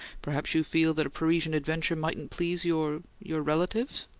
perhaps you feel that a parisian adventure mightn't please your your relatives?